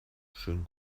schönen